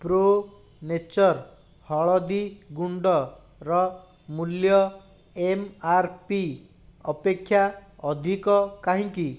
pro Nature ହଳଦୀ ଗୁଣ୍ଡର ମୂଲ୍ୟ ଏମ୍ ଆର୍ ପି ଅପେକ୍ଷା ଅଧିକ କାହିଁକି